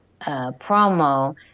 promo